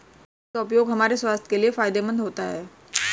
शहद का उपयोग हमारे स्वास्थ्य के लिए फायदेमंद होता है